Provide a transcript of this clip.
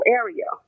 area